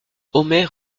omer